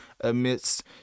amidst